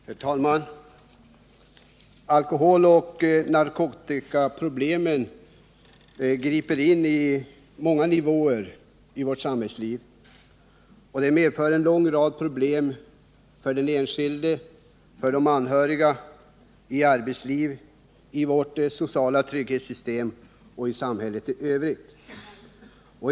Herr talman! Alkoholoch narkotikaproblemen griper in på många nivåer i vårt samhällsliv. Det uppstår en lång rad problem för den enskilde, för de anhöriga, i arbetslivet, i vårt sociala trygghetssystem och i samhället i övrigt.